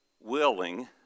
willing